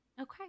okay